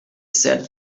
said